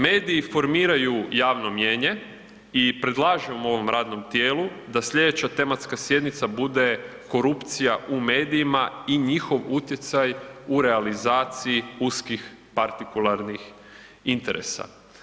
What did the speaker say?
Mediji formiraju javno mnijenje i predlažem ovom radnom tijelu da sljedeća tematska sjednica bude korupcija u medijima i njihov utjecaj u realizaciji uskih partikularnih interesa.